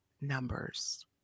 numbers